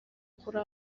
kuri